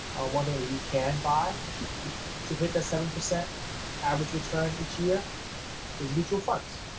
one thing that you can buy to hit that seven percent average return each year is mutual funds.